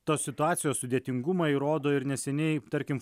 tos situacijos sudėtingumą įrodo ir neseniai tarkim